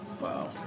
Wow